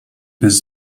bez